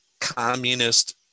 communist